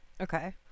Okay